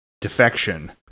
defection